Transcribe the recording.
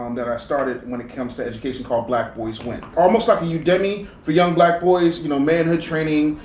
um that i started when it comes to education called black boys win. almost like a yeah udemi for young black boys, you know manhood training,